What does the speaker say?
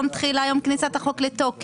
במקום "יום תחילה" יבוא "יום כניסת חוק לתוקף".